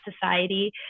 Society